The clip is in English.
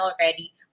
already